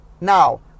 Now